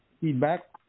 feedback